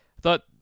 thought